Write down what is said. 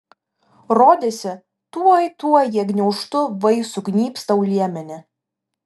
rodėsi tuoj tuoj tie gniaužtu vai sugnybs tau liemenį